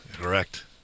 correct